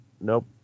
nope